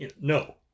No